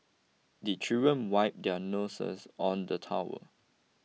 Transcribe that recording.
the children wipe their noses on the towel